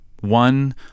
One